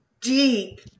deep